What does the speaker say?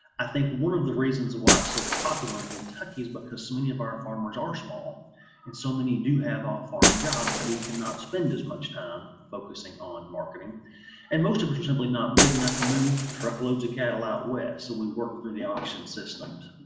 i think one of the reasons why it's so popular in kentucky's because so many of our farmers are small and so many do have off farm jobs that we cannot spend as much time focusing on marketing and most of us are simply not big enough to move truckloads of cattle out west so we work through the auction systems.